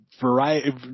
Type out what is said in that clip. variety –